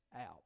out